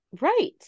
Right